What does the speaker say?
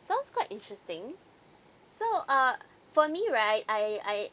sounds quite interesting so uh for me right I I